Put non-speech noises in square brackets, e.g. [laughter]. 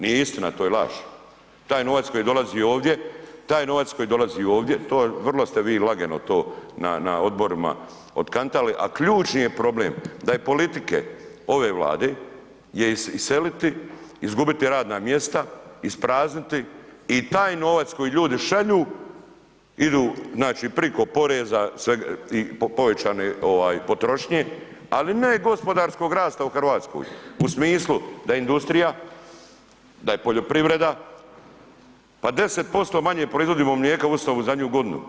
Nije istina, to je laž, taj novac koji dolazi ovdje, taj novac koji dolazi ovdje, to je, vrlo ste vi lagano to na odborima otkantali a ključni je problem da je politike ove Vlade je iseliti, izgubiti radna mjesta, isprazniti i taj novac koji ljudi šalju idu znači preko poreza, povećane potrošnje ali ne i gospodarskog rasta u Hrvatskoj u smislu da je industrija, da je poljoprivreda, pa 10% manje proizvodimo mlijeka u ... [unintelligible] zadnju godinu.